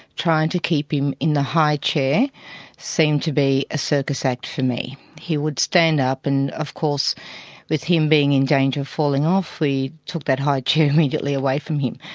trying to keep him in the high chair seemed to be a circus act for me. he would stand up and of course with him being in danger of falling off we took that high chair immediately away from him.